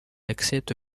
accepte